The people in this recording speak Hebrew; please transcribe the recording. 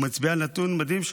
והוא מצביע על נתון מדהים,